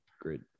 great